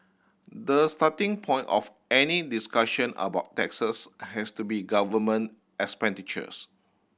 the starting point of any discussion about taxes has to be government expenditures